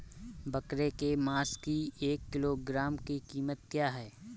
बकरे के मांस की एक किलोग्राम की कीमत क्या है?